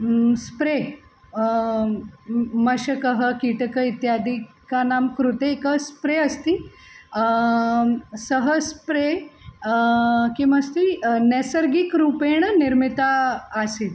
spray मशकः कीटक इत्यादिकानां कृते एक स्प्रे अस्ति सः स्प्रे किमस्ति नैसर्गिकरूपेण निर्मिता आसीत्